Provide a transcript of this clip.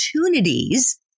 opportunities